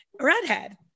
redhead